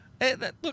look